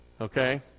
Okay